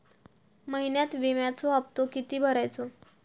महिन्यात विम्याचो हप्तो किती भरायचो?